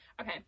okay